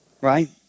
Right